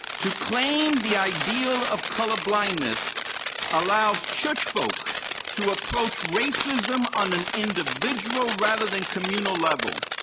to claim the ideal of color blindness allows church folk to approach racism on an individual, rather than communal level.